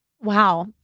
Wow